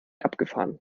abgefahren